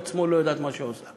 יד שמאל לא יודעת מה שהיא עושה.